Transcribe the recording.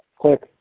click.